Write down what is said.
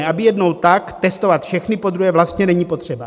Aby jednou tak, testovat všechny, podruhé vlastně není potřeba.